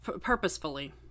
purposefully